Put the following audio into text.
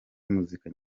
muzika